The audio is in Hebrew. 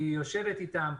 היא יושבת איתם.